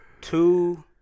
Two